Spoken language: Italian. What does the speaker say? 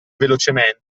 velocemente